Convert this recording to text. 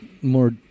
more